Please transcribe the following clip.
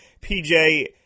PJ